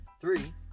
three